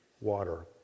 water